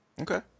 Okay